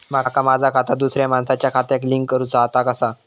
माका माझा खाता दुसऱ्या मानसाच्या खात्याक लिंक करूचा हा ता कसा?